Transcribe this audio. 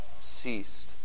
ceased